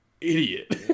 idiot